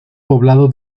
poblado